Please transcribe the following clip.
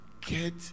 Get